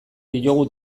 diogu